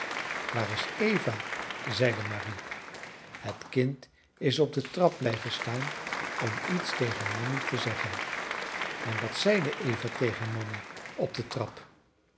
waar is eva zeide marie het kind is op de trap blijven staan om iets tegen mammy te zeggen en wat zeide eva tegen mammy op de trap